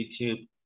youtube